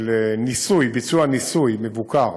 של ניסוי מבוקר,